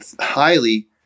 highly